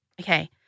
Okay